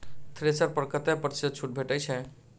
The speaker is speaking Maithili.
थ्रेसर पर कतै प्रतिशत छूट भेटय छै?